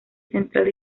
central